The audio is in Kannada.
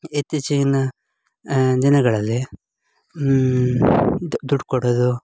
ಇತ್ತೀಚಿಗಿನ ದಿನಗಳಲ್ಲಿ ದುಡ್ಡು ಕೊಡೋದು